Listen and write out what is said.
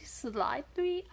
slightly